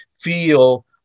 feel